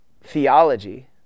theology